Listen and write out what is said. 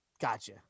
gotcha